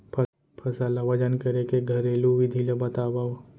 फसल ला वजन करे के घरेलू विधि ला बतावव?